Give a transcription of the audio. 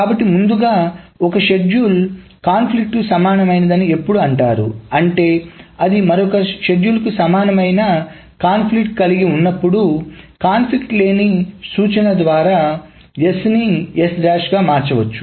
కాబట్టి ముందుగా ఒక షెడ్యూల్ సంఘర్షణకు సమానమైనది ఎప్పుడు అంటారు అంటే అది మరొక షెడ్యూల్కు సమానమైన సంఘర్షణ కలిగి ఉన్నప్పుడు సంఘర్షణ లేని సూచనల శ్రేణి ద్వారా S ని మార్చవచ్చు